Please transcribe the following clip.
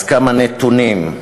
כמה נתונים: